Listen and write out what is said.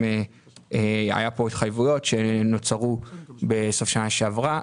היו פה התחייבויות שנוצרו בסוף שנה שעברה.